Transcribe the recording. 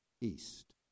east